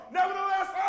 Nevertheless